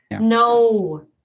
No